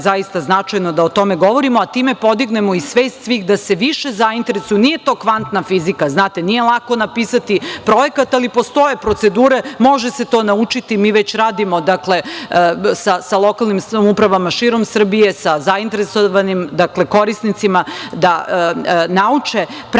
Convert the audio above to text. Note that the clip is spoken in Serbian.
zaista značajno da o tome govorimo, a time podignemo i svest svih da se više zainteresuju. Nije to kvantna fizika, znate, nije lako napisati projekat, ali postoje procedure može se to naučiti, mi već radimo sa lokalnim samoupravama širom Srbije, sa zainteresovanim korisnicima da nauče pravila